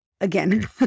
again